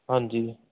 ਹਾਂਜੀ